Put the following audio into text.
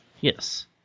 Yes